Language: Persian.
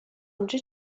اونجا